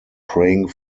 praying